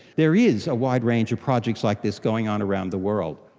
there is a wide range of projects like this going on around the world.